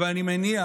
אבל אני מניח,